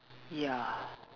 ya